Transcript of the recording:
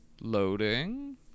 Loading